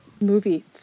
movie